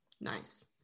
Nice